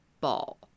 ball